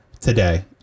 today